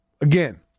again